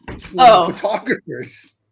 photographers